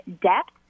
depth